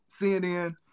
CNN